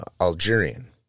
Algerian